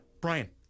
Brian